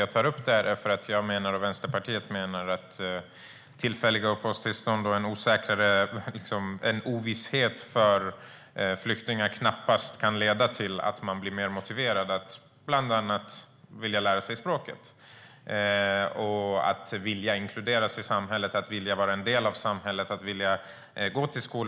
Jag tar upp den eftersom jag och Vänsterpartiet menar att tillfälliga uppehållstillstånd och en ovisshet för flyktingar knappast kan leda till att man blir mer motiverad att bland annat vilja lära sig språket, att vilja inkluderas i samhället, att vilja vara en del av samhället eller att vilja gå till skolan.